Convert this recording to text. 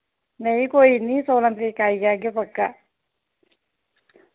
नेईं कोई निं सोलां तरीक आई जाह्गे पक्का